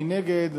מי נגד?